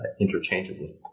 Interchangeably